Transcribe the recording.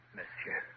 monsieur